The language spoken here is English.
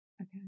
Okay